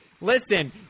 Listen